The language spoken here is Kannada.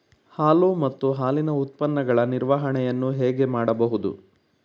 ಹಾಲು ಮತ್ತು ಹಾಲಿನ ಉತ್ಪನ್ನಗಳ ನಿರ್ವಹಣೆಯನ್ನು ಹೇಗೆ ಮಾಡಬಹುದು?